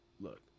look